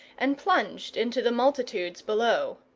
and plunged into the multitudes below.